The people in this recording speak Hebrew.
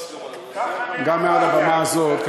גם מעל הבמה הזאת,